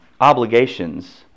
obligations